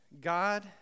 God